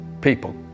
People